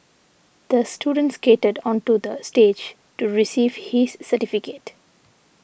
the student skated onto the stage to receive his certificate